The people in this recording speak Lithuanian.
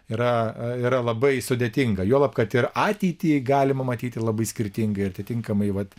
yra labai sudėtinga juolab kad ir ateitį galima matyti labai skirtingai atitinkamai vat